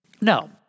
no